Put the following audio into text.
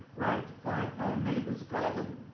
right by our neighbor's garden.